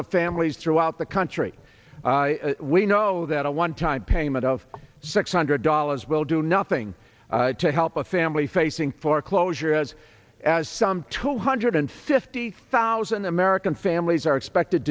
of families throughout the country we know that a one time payment of six hundred dollars will do nothing to help a family facing foreclosure as as some two hundred fifty thousand american families are expected